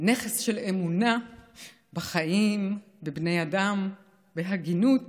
נכס של אמונה בחיים, בבני האדם, בהגינות